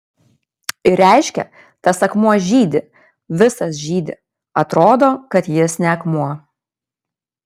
ir reiškia tas akmuo žydi visas žydi atrodo kad jis ne akmuo